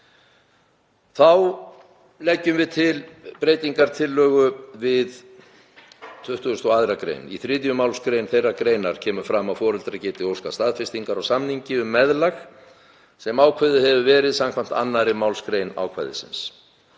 Þá leggjum við til breytingartillögu við 22. gr. Í 3. mgr. þeirrar greinar kemur fram að foreldrar geti óskað staðfestingar á samningi um meðlag sem ákveðið hefur verið samkvæmt 2. mgr. ákvæðisins.